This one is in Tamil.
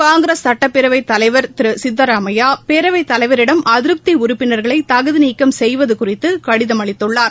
காங்கிரஸ் சட்டப்பேரவைத் தலைவர் திரு சித்தராமையா பேரவைத் தலைவரிடம் அதிருப்தி உறுப்பினர்களை தகுதி நீக்கம் செய்வது குறித்து கடிதம் அளித்துள்ளார்